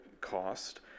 cost